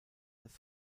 das